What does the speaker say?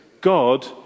God